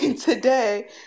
today